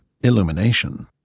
illumination